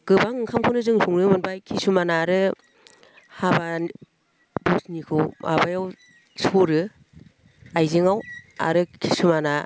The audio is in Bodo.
गोबां ओंखामखौनो जों संनो मोनबाय किसुमान आरो हाबा भजनिखौ माबायाव सरो आइजेङाव आरो किसुमाना